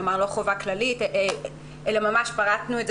כלומר לא חובה כללית אלא ממש פירטנו את זה